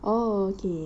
oh okay